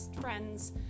friends